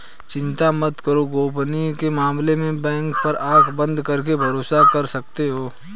चिंता मत करो, गोपनीयता के मामले में बैंक पर आँख बंद करके भरोसा कर सकते हो